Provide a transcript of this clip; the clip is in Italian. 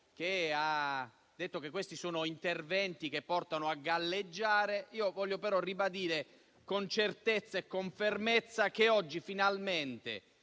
che ha detto che questi sono interventi che portano a galleggiare. Vorrei però ribadire, con certezza e con fermezza, che oggi finalmente,